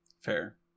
fair